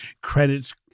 credits